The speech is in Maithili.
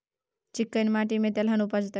चिक्कैन माटी में तेलहन उपजतै?